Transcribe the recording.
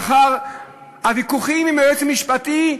לאחר הוויכוחים עם היועץ המשפטי,